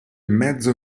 mezzo